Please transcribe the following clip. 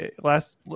last